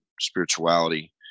spirituality